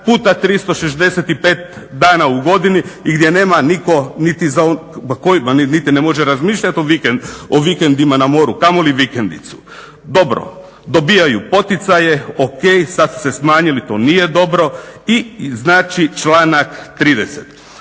niti za, pa koji, niti ne može razmišljati o vikendima na moru kamoli vikendicu. Dobro, dobivaju poticaje, ok. Sad su se smanjili, to nije dobro. I znači članak 30.